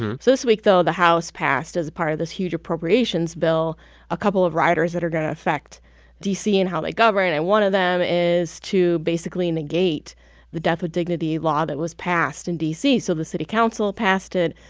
so this week, though, the house passed as part of this huge appropriations bill a couple of riders that are going to affect d c. and how they govern. and one of them is to basically negate the death with dignity law that was passed in and d c. so the city council passed it.